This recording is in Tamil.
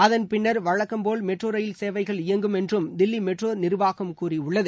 அதன் பின்னர் வழக்கம் போல் மெட்ரோ ரயில் சேவைகள் இயங்கும் என்றும் தில்லி மெட்ரோ நிர்வாகம் கூறியுள்ளது